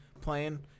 playing